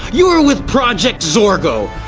you were with project zorgo.